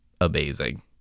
amazing